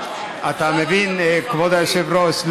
אני מוכן, אתה מבין, כבוד היושב-ראש.